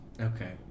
Okay